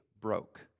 broke